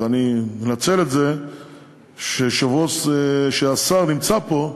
אנצל את זה שהשר נמצא פה.